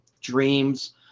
Dreams